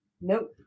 Nope